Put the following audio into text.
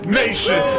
nation